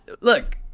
look